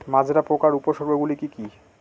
মাজরা পোকার উপসর্গগুলি কি কি?